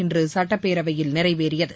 இன்று சட்டப்பேரவையில் நிறைவேறியது